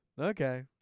Okay